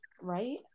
right